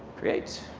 create.